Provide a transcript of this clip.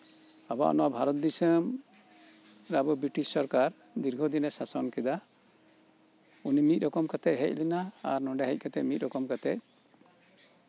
ᱟᱵᱚᱣᱟ ᱱᱚᱶᱟ ᱵᱷᱟᱨᱚᱛ ᱫᱤᱥᱚᱢ ᱵᱨᱤᱴᱤᱥ ᱥᱚᱨᱠᱟᱨ ᱫᱤᱨᱜᱷᱚ ᱫᱤᱱᱮ ᱥᱟᱥᱚᱱ ᱠᱮᱫᱟ ᱩᱱᱤ ᱢᱤᱫ ᱨᱚᱠᱚᱢ ᱠᱟᱛᱮᱫ ᱮ ᱦᱮᱡ ᱞᱮᱱᱟ ᱟᱨ ᱱᱚᱰᱮ ᱦᱮᱡ ᱠᱟᱛᱮᱫ ᱢᱤᱫ ᱨᱚᱠᱚᱢ ᱠᱟᱛᱮᱫ